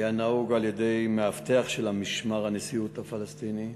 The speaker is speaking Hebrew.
שהיה נהוג על-ידי מאבטח של משמר הנשיאות הפלסטיני,